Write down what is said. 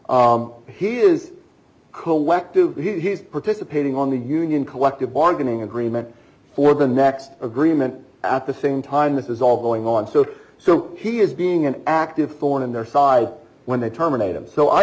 he is collective participating on the union collective bargaining agreement for the next agreement at the same time this is all going on so so he is being an active thorn in their side when they terminate him so i